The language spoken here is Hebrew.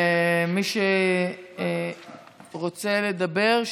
מי שרוצה לדבר,